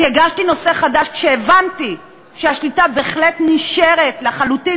הגשתי נושא חדש כשהבנתי שהשליטה בהחלט נשארת לחלוטין